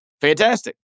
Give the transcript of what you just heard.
fantastic